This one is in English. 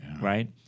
right